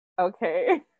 Okay